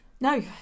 No